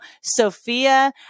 Sophia